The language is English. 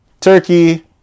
Turkey